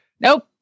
Nope